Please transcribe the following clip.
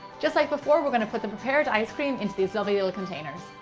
just like before, we're going to put the prepared ice cream into these lovely little containers.